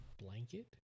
blanket